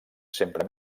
sempre